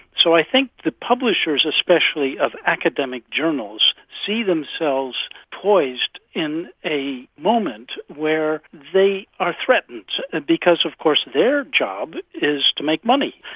so i think the publishers especially of academic journals see themselves poised in a moment where they are threatened because of course their job is to make money,